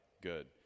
Good